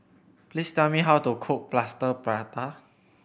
please tell me how to cook Plaster Prata